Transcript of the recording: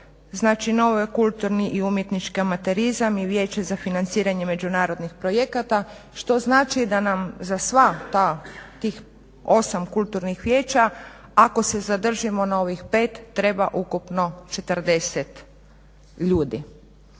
Znači novi je kulturni i umjetnički amaterizam i Vijeće za financiranje međunarodnih projekata što znači da nam za svih tih 8 kulturnih vijeća ako se zadržimo na ovih 5 treba ukupno 40 ljudi.